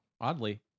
Oddly